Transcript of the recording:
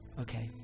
okay